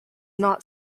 not